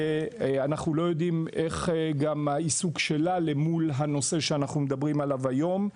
ואנחנו לא יודעים איך העיסוק שלה מול הנושא עליו אנחנו מדברים היום.